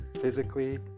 physically